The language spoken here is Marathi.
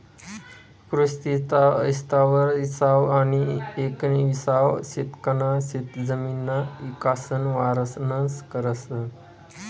कृषी इस्तार इसावं आनी येकविसावं शतकना शेतजमिनना इकासन वरनन करस